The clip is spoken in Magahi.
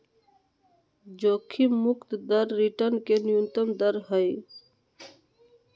जोखिम मुक्त दर रिटर्न के न्यूनतम दर हइ